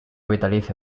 vitalicio